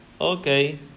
Okay